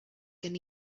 gen